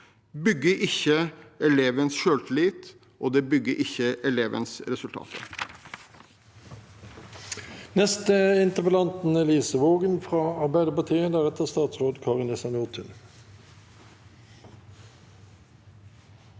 bygger ikke elevens selvtillit, og det bygger ikke elevens resultater.